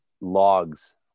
logs